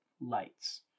lights